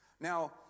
Now